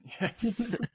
yes